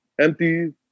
empty